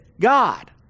God